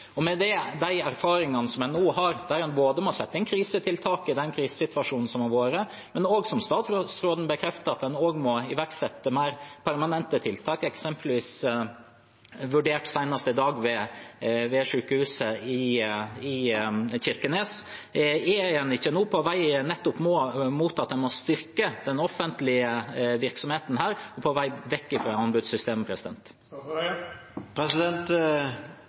Med de erfaringene som en nå har, der en både må sette inn krisetiltak i den krisesituasjonen som har vært, og, som statsråden bekrefter, må iverksette mer permanente tiltak – eksempelvis vurdert senest i dag ved sykehuset i Kirkenes – er en ikke nå på vei nettopp mot at en må styrke den offentlige virksomheten her, og på vei vekk fra anbudssystemet?